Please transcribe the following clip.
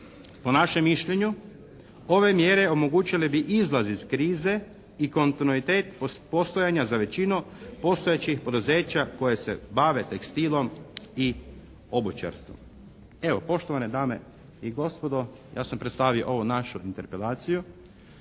Po našem mišljenju ove mjere omogućile bi izlaz iz krize i kontinuitet uz postojanja za većinu postojećih poduzeća koje se bave tekstilom i obućarstvom. Evo, poštovane dame i gospodo, ja sam predstavio ovu našu interpelaciju